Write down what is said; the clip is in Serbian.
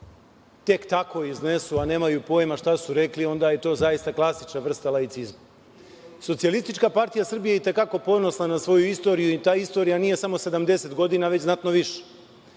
tek tako iznesu, a nemaju pojma šta su rekli onda je to zaista klasična vrsta laicizma. Socijalistička partija Srbije i te kako je ponosna na svoju istoriju i ta istorija nije samo 70 godina već znatno više.